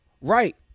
Right